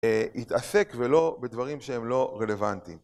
התעסק ולא בדברים שהם לא רלוונטיים.